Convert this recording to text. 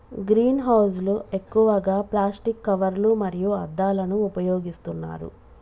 green house లు ఎక్కువగా plastic కవర్లు మరియు అద్దాలను ఉపయోగిస్తున్నారు